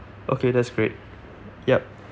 okay that's great yup